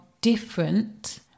different